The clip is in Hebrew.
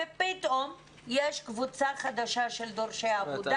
ופתאום יש קבוצה חדשה של דורשי עבודה